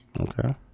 Okay